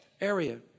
area